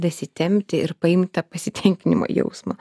dasitempti ir paimt tą pasitenkinimo jausmą